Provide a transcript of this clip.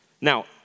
now